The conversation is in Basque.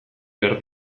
behar